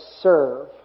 serve